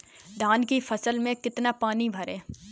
धान की फसल में कितना पानी भरें?